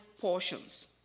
portions